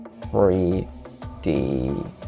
3d